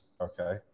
okay